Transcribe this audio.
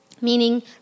meaning